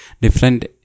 different